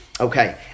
Okay